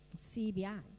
CBI